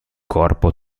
corpo